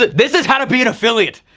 this is how to be an affiliate.